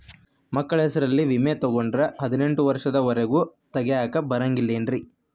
ಮಕ್ಕಳ ಹೆಸರಲ್ಲಿ ವಿಮೆ ತೊಗೊಂಡ್ರ ಹದಿನೆಂಟು ವರ್ಷದ ಒರೆಗೂ ತೆಗಿಯಾಕ ಬರಂಗಿಲ್ಲೇನ್ರಿ?